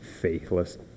faithless